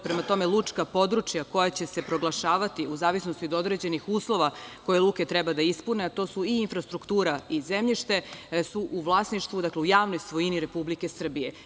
Prema tome, lučka područja koja će se proglašavati u zavisnosti od određenih uslova koje luke treba da ispune, a to su i infrastruktura i zemljište, su u vlasništvu, dakle, u javnoj svojini Republike Srbije.